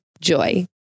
Joy